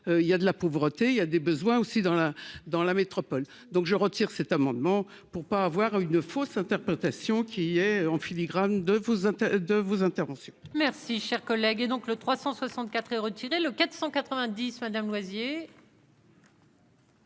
il y a de la pauvreté, il y a des besoins aussi dans la dans la métropole, donc je retire cet amendement pour pas avoir à une fausse interprétation qui est en filigrane de vous, de vos interventions. Merci, cher collègue, et donc le 364 et retiré le 490 madame Loisier.